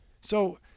So-